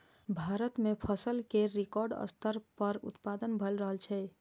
भारत मे फसल केर रिकॉर्ड स्तर पर उत्पादन भए रहल छै